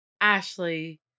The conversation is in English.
ashley